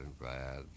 bad